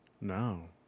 No